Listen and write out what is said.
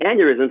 aneurysms